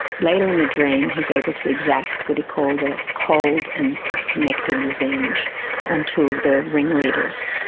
later in the dream he is able to exact what he called a cold and disconnected revenge on two of the ringleaders.